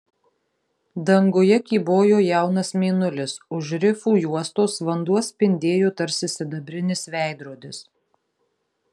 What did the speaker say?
danguje kybojo jaunas mėnulis už rifų juostos vanduo spindėjo tarsi sidabrinis veidrodis